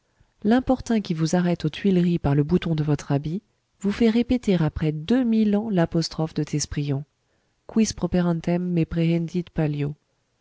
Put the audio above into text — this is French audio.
l'importun qui vous arrête aux tuileries par le bouton de votre habit vous fait répéter après deux mille ans l'apostrophe de thesprion quis properantem me prehendit pallio